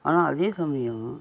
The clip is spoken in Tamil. ஆனால் அதே சமயம்